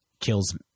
kills